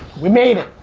we made it!